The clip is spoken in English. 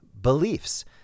beliefs